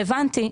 הבנתי.